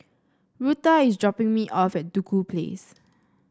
Rutha is dropping me off at Duku Place